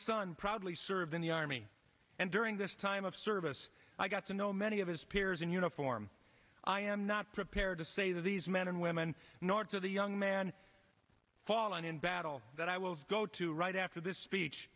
son proudly served in the army and during this time of service i got to know many of his peers in uniform i am not prepared to say that these men and women not to the young man called on in battle that i will go to right after this speech